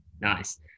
Nice